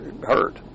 hurt